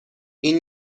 این